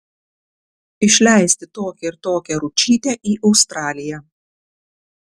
išleisti tokią ir tokią ručytę į australiją